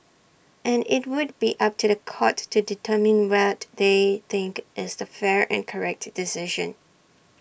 and IT would be up to The Court to determine what they think is the fair and correct decision